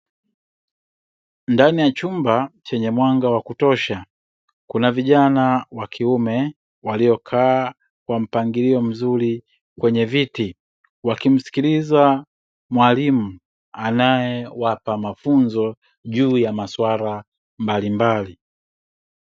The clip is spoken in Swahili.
Ndani ya chumba chenye mwanga wa kutosha, kuna vijana wa kiume waliokaa Kwa mpangilio mzuri kwenye viti wakimsikiliza mwalimu anayewapa mafunzo juu ya maswala mbalimbali.